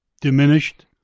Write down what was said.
diminished